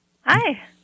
Hi